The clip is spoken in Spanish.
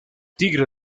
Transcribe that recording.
tigre